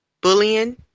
bullying